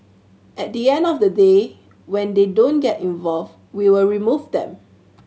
at the end of the day when they don't get involved we will remove them